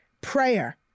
prayer